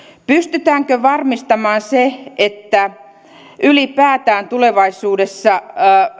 pystytäänkö varmistamaan se että ylipäätään tulevaisuudessa